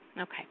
okay